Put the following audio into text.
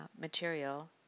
material